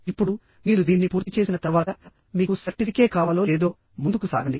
ఇప్పుడు మీరు దీన్ని పూర్తి చేసిన తర్వాత మీకు సర్టిఫికేట్ కావాలో లేదో ముందుకు సాగండి